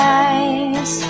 eyes